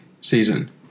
season